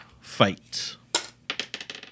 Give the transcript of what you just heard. fight